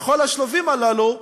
בכל השלבים הללו,